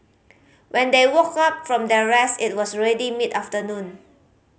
when they woke up from their rest it was already mid afternoon